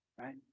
right